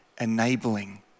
enabling